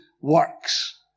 works